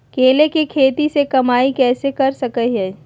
केले के खेती से कमाई कैसे कर सकय हयय?